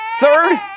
Third